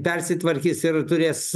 persitvarkys ir turės